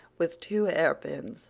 with two hairpins